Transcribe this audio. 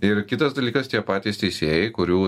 ir kitas dalykas tie patys teisėjai kurių